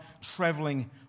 traveling